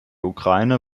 ukraine